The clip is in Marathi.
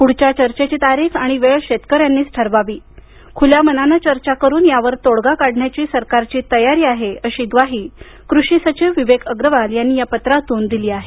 पुढच्या चर्चेची तारीख आणि वेळ शेतकऱ्यांनीच ठरवावी खुल्या मनानं चर्चा करून यावर तोडगा काढण्याची सरकारची तयारी आहे अशी ग्वाही कृषी सचिव विवेक अग्रवाल यांनी या पत्रातून दिली आहे